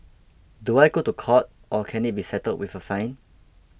do I go to court or can it be settled with a fine